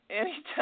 anytime